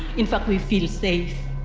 in fact, we feel safe.